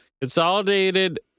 Consolidated